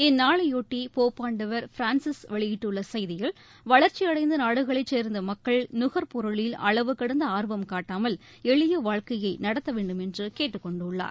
இந்நாளைபொட்டி போப்பாண்டவர் பிரான்சிஸ் வெளியிட்டுள்ள செய்தியில் வளர்ச்சியடைந்த நாடுகளைச் சேர்ந்த மக்கள் நுகர்பொருளில் அளவுகடந்த ஆர்வம் காட்டாமல் எளிய வாழ்க்கையை நடத்த வேண்டுமென்று கேட்டுக் கொண்டுள்ளார்